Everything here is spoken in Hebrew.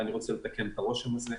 ואני רוצה לתקן את הרושם הזה.